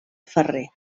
ferrer